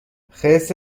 خرس